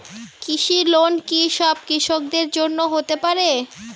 কৃষি লোন কি সব কৃষকদের জন্য হতে পারে?